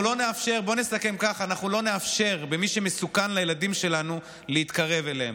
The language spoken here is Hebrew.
בוא נסכם כך: אנחנו לא נאפשר למי שמסוכן לילדים שלנו להתקרב אליהם.